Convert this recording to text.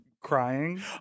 Crying